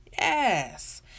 Yes